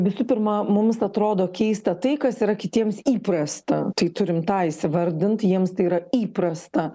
visų pirma mums atrodo keista tai kas yra kitiems įprasta tai turim tą įsivardint jiems tai yra įprasta